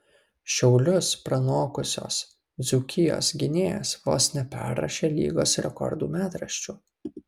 šiaulius pranokusios dzūkijos gynėjas vos neperrašė lygos rekordų metraščių